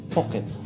Pocket